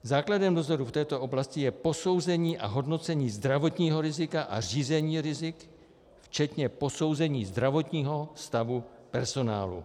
Základem dozoru v této oblasti je posouzení a hodnocení zdravotního rizika a řízení rizik včetně posouzení zdravotního stavu personálu.